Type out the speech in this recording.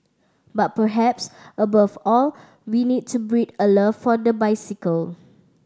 but perhaps above all we need to breed a love for the bicycle